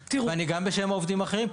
המשרדים; וגם בשם העובדים האחרים.